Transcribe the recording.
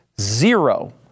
zero